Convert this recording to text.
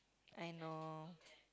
I know